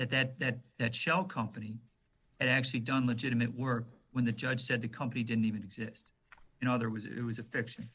that that that that shell company had actually done legitimate work when the judge said the company didn't even exist you know there was it was a fiction